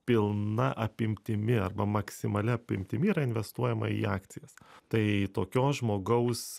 pilna apimtimi arba maksimalia apimtimi yra investuojama į akcijas tai tokio žmogaus